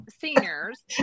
seniors